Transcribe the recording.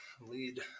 lead